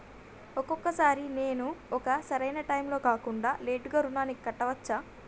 ఒక్కొక సారి నేను ఒక సరైనా టైంలో కాకుండా లేటుగా రుణాన్ని కట్టచ్చా?